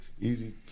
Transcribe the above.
Easy